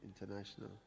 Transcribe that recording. international